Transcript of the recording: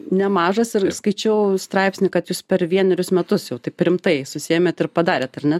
nemažas ir skaičiau straipsnį kad jūs per vienerius metus jau taip rimtai susiėmėt ir padarėt ar ne